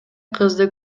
кызды